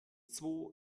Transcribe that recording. zwo